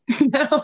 no